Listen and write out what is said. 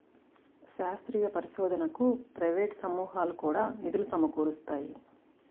శాస్త్రీయ పరిశోధనకు ప్రైవేట్ సమూహాలు కూడా నిధులు సమకూరుస్తాయి